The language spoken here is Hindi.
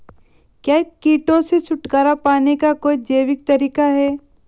क्या कीटों से छुटकारा पाने का कोई जैविक तरीका है?